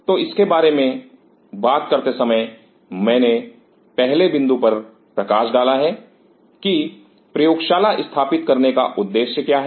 तो इसके बारे में बात करते समय मैंने पहले बिंदु पर प्रकाश डाला है कि प्रयोगशाला स्थापित करने का उद्देश्य क्या है